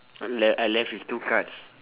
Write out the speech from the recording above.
I'm left I left with two card